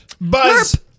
Buzz